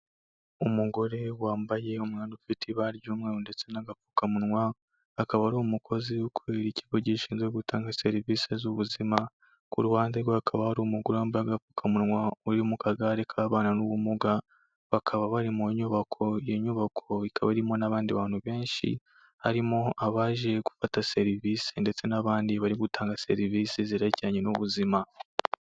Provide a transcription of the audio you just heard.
Umugore wambaye umwenda ufite ibara ry'umweru ndetse n'agapfukamunwa, akaba ari umukozi ukorera ikigo gishinzwe gutanga serivisi z'ubuzima, ku ruhande rwe hakaba hari umugure wambaye agapfukamunwa uri mu kagare k'ababana n'ubumuga, bakaba bari mu nyubako, iyo nyubako ikaba irimo n'abandi bantu benshi, harimo abaje gufata serivisi ndetse n'abandi bari gutanga serivisi zerekeranye n'ubuzima.